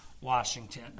Washington